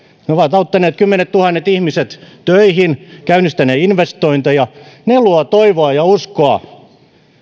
ne ovat auttaneet kymmenettuhannet ihmiset töihin käynnistäneet investointeja ne luovat toivoa ja uskoa